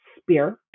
Spear